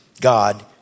God